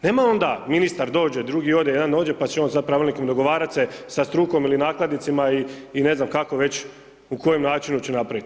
Nema onda, ministar dođe, drugi ode, jedan dođe, pa će on sad pravilnikom dogovarat se sa strukom ili nakladnicima i ne znam kako već, u kojem načinu će napraviti.